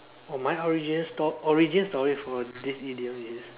for my original story origin story for this idiom is